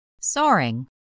Soaring